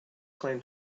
claim